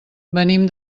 venim